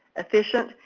efficient,